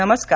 नमस्कार